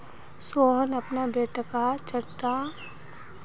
सोहन अपना बेटाक chartered accountant बनवा चाह्चेय